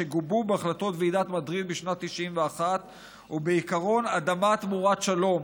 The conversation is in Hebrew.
שגובו בהחלטות ועידת מדריד בשנת 1991 ובעקרון אדמה תמורת שלום,